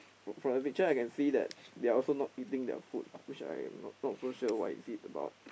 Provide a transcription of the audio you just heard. from the picture I can see that they are also not eating their food which I'm not not so sure why is it about